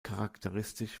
charakteristisch